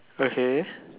okay